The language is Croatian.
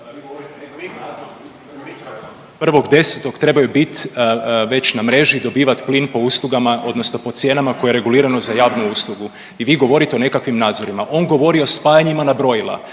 1.10. trebaju biti već na mreži i dobivat plin po uslugama odnosno po cijenama koje je regulirano za javnu uslugu. I vi govorite o nekakvim nazorima. On govori o spajanjima na brojila